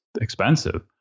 expensive